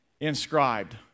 inscribed